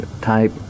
type